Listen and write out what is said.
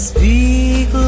Speak